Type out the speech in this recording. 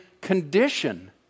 condition